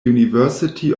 university